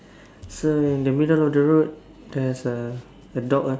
so in the middle of the road there is a dog a dog lah